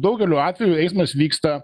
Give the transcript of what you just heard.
daugeliu atvejų eismas vyksta